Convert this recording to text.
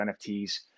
NFTs